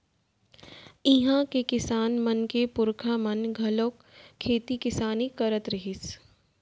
इहां के किसान मन के पूरखा मन घलोक खेती किसानी करत रिहिस